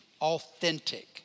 authentic